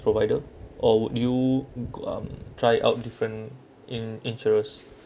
provider or would you go um try out different in~ insurers